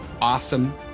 awesome